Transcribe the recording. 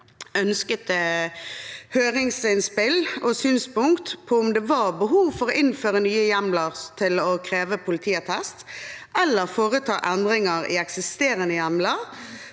ønsket høringsinnspill og synspunkter på om det var behov for å innføre nye hjemler til å kreve politiattest eller foreta endringer i eksisterende hjemler